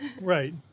Right